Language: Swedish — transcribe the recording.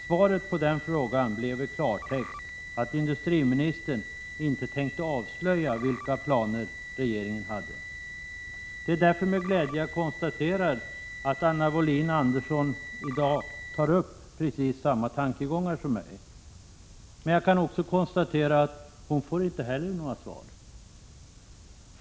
Svaret på den frågan blev i klartext att industriministern inte tänkte avslöja vilka planer regeringen hade. Det är därför med glädje jag konstaterar att Anna Wohlin-Andersson i dag redovisar precis samma tankegångar som dem jag framförde tidigare. Men jag måste samtidigt konstatera att inte heller hon får några svar. Herr talman!